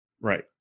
Right